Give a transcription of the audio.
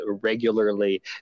regularly